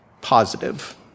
positive